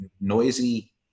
noisy